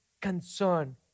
concern